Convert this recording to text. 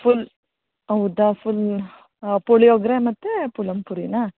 full ಹೌದ full puliyogare ಮತ್ತೆ ಪುಲಮ್ ಪುರಿನಾ